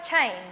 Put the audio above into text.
change